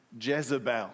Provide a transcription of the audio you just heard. Jezebel